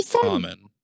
common